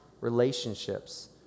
relationships